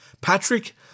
Patrick